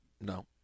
No